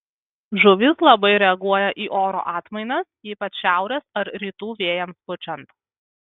žuvys labai reaguoja į oro atmainas ypač šiaurės ar rytų vėjams pučiant